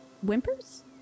whimpers